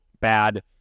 bad